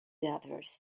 daughters